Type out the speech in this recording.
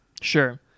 Sure